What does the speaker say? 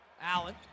Allen